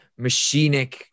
machinic